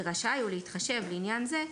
ורשאי הוא להתחשב לעניין זה,